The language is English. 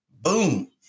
boom